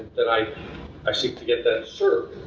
that i i seek to get that served,